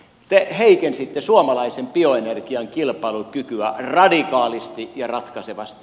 te heikensitte suomalaisen bioenergian kilpailukykyä radikaalisti ja ratkaisevasti